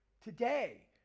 today